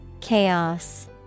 Chaos